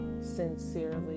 sincerely